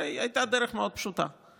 הרי הייתה דרך פשוטה מאוד.